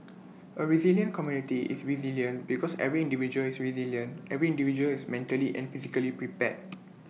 A resilient community is resilient because every individual is resilient every individual is mentally and physically prepared